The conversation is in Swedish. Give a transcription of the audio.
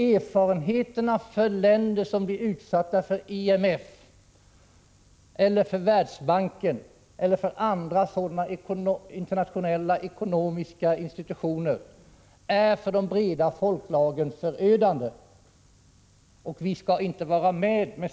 Erfarenheten visar att det i de länder som blir utsatta för IMF, Världsbanken eller andra sådana internationella ekonomiska institutioner är förödande för de breda folklagren.